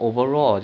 talking